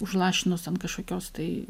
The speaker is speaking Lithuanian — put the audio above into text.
užlašinus ant kažkokios tai